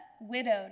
widowed